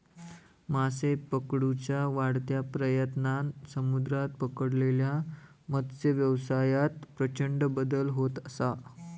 मासे पकडुच्या वाढत्या प्रयत्नांन समुद्रात पकडलेल्या मत्सव्यवसायात प्रचंड बदल होत असा